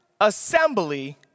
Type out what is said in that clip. assembly